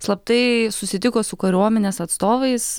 slaptai susitiko su kariuomenės atstovais